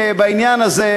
בעניין הזה,